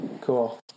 Cool